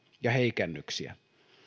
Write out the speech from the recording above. ja heikennyksiä